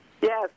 Yes